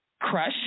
crush